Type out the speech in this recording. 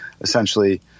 essentially